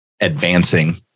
advancing